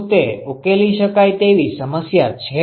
શું તે ઉકેલી શકાય તેવી સમસ્યા છે